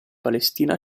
palestina